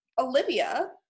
Olivia